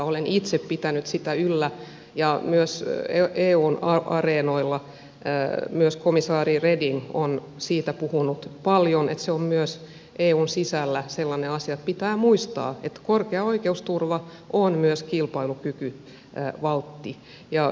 olen itse pitänyt sitä yllä ja myös eun areenoilla komissaari reding on siitä puhunut paljon että se on myös eun sisällä semmoinen asia että pitää muistaa että korkea oikeusturva on myös kilpailukykyvaltti